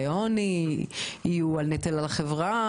לעוני ויהיו נטל על החברה.